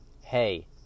hey